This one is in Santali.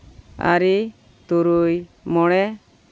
ᱟᱨᱮ ᱛᱩᱨᱩᱭ ᱢᱚᱬᱮ